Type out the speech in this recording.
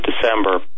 December